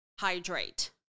Hydrate